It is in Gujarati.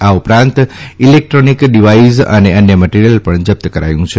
આ ઉપરાંત ઈલેકટ્રોનીક ડિવાઈઝ અને અન્ય મટીરીયલ પણ જપ્ત કરાયું છે